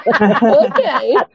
Okay